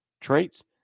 traits